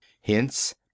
Hence